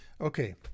Okay